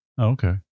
Okay